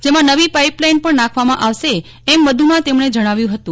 જેમાં નવી pipeline પણ નાખવામાં આવશે એમ વધુમાં તેમણે જણાવ્યું હતું